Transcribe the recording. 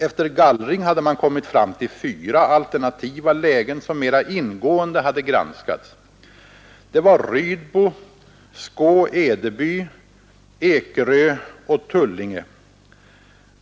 Efter gallring hade man kommit fram till fyra alternativa lägen, som mera ingående hade granskats. Det var Rydbo, Skå-Edeby, Ekerö och Tullinge.